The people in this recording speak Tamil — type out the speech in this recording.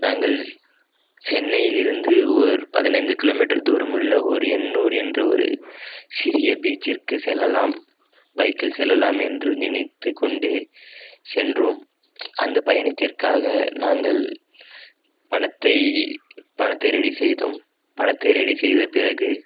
நாங்கள் சென்னையிலிருந்து ஒரு பதினைந்து கிலோ மீட்டர் தூரமுள்ள ஒரு எண்ணூர் என்ற ஒரு சிறிய பீச்சிற்கு செல்லலாம் பைக்கில் செல்லலாம் என்று நினைத்து கொண்டு சென்றோம் அந்த பயணத்திற்காக நாங்கள் பணத்தை பணத்தை ரெடி செய்தோம் பணத்தை ரெடி செய்த பிறகு